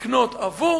לקנות עבור.